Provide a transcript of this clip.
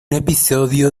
episodio